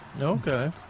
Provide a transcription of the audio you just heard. Okay